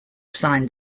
signed